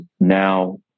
now